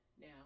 now